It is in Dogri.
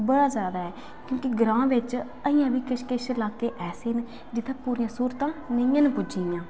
बड़ा जादा ऐ ग्रांऽ बिच अजें बी किश किश ल्हाके ऐसे न जित्थें पूरियां स्हूलतां नेईं है'न पुज्जी दियां